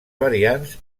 variants